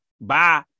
Bye